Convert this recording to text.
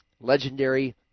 legendary